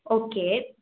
okay